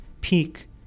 peak